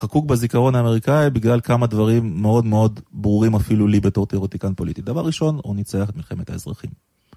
חקוק בזיכרון האמריקאי בגלל כמה דברים מאוד מאוד ברורים אפילו לי בתור תיאורטיקן פוליטי. דבר ראשון, הוא ניצח את מלחמת האזרחים.